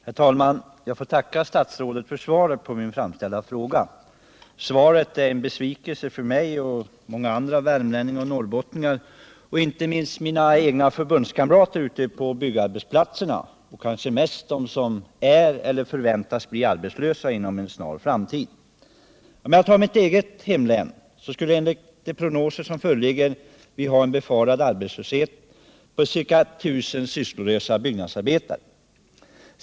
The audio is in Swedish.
Herr talman! Jag får tacka statsrådet för svaret på min framställda fråga. Svaret är en besvikelse för mig och många andra värmlänningar och norrbottningar, inte minst för mina förbundskamrater ute på byggarbetsplatserna och kanske mest för dem som är eller förväntas bli arbetslösa inom en snar framtid. I mitt eget hemlän skulle vi enligt de prognoser som föreligger få en befarad arbetslöshet för ca 1000 byggnadsarbetare.